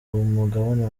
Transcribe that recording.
mugabane